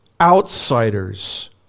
outsiders